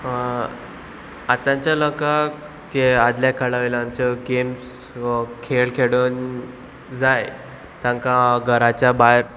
आतांच्या लोकांक आदल्या काळा वयल्याच्यो गेम्स खेळ खेडून जाय तांकां घराच्या भायर